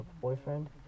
boyfriend